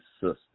sister